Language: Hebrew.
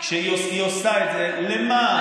היא עושה את זה למען,